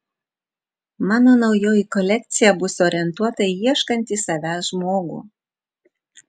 mano naujoji kolekcija bus orientuota į ieškantį savęs žmogų